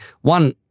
one